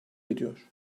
ediyor